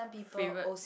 say what